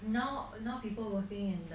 oh now people working in the